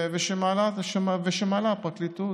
ושמעלה הפרקליטות.